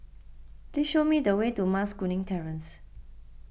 please show me the way to Mas Kuning Terrace